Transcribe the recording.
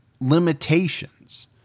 limitations